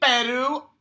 Peru